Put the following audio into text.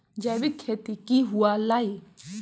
जैविक खेती की हुआ लाई?